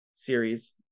series